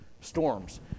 storms